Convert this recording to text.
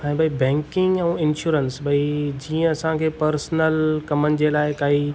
ही भई बैंकियूं ऐ इंश्योरेंस भई जीअं असांखे पर्सनल कमनि जे लाइ का